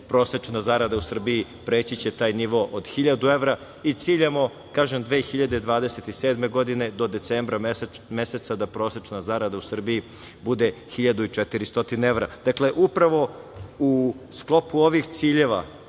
prosečna zarada u Srbiji preći će taj nivo od 1000 evra i ciljamo, kažem 2027. godine do decembra meseca da prosečna zarada u Srbiji bude 1400 evra. Dakle upravo u sklopu ovih ciljeva